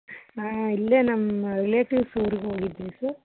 ಹಾಂ ಇಲ್ಲೇ ನಮ್ಮ ರಿಲೆಟೀವ್ಸ್ ಊರ್ಗೆ ಹೋಗಿದ್ವಿ ಸರ್